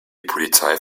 polizei